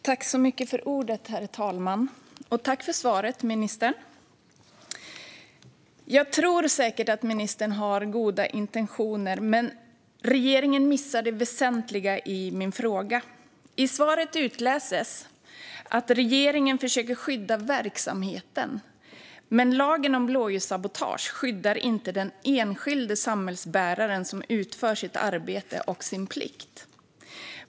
Herr talman! Tack, ministern, för svaret! Jag tror att ministern säkert har goda intentioner, men regeringen missar det väsentliga i min fråga. I svaret utläses att regeringen försöker skydda verksamheten, men lagen om blåljussabotage skyddar inte den enskilda samhällsbäraren som utför sitt arbete och sin plikt.